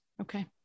Okay